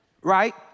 right